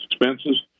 expenses